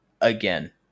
Again